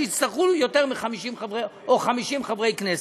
שיצטרכו יותר מ-50 חברי כנסת או 50 חברי כנסת.